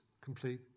complete